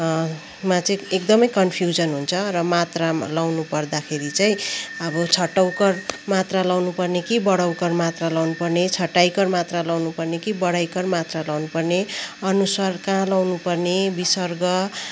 मा चाहिँ एकदमै कन्फ्युजन हुन्छ र मात्रा लाउनु पर्दाखेरि चाहिँ अब छोटा उकार मात्रा लाउनु पर्ने कि बडा ऊकार मात्रा लाउनु पर्ने छोटा इकार मात्रा लाउनु पर्ने कि बडा ईकर मात्रा लाउनुपर्ने अनुस्वर कहाँ लाउनुपर्ने बिसर्ग अनि